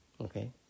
Okay